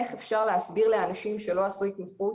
איך אפשר להסביר לאנשים שלא עשו התמחות